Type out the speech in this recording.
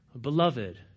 beloved